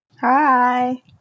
hi